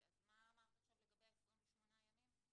אז מה אמרת עכשיו לגבי ה-28 ימים?